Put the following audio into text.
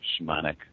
shamanic